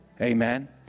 Amen